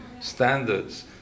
standards